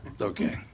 Okay